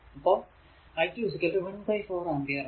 അപ്പോൾ i2 1 4 ampere ആണ്